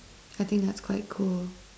I think that's quite cool